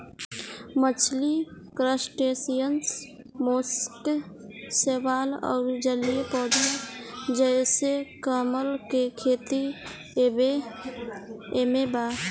मछली crustaceans mollusc शैवाल अउर जलीय पौधा जइसे कमल के खेती एमे बा